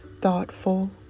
thoughtful